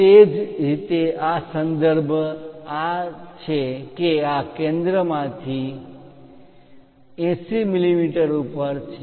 તે જ રીતે સંદર્ભ આ છે કે આ કેન્દ્ર આથી 80 મીમી પર છે